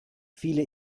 viele